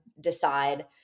decide